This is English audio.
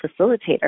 facilitator